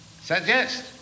suggest